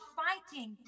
fighting